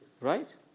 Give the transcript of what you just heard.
Right